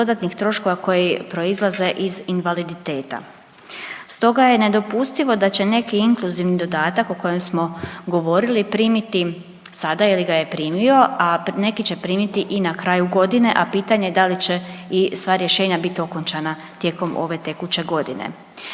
dodatnih troškova koji proizlaze iz invaliditeta. Stoga je nedopustivo da će neki inkluzivni dodatak o kojem smo govorili primiti sada ili ga je primio, a neki će primiti i na kraju godine, a pitanje je da li će i sva rješenja bit okončana tijekom ove tekuće godine.